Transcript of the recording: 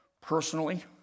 personally